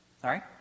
Sorry